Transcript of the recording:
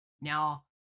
Now